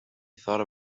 thought